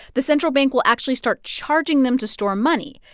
the central bank will actually start charging them to store money.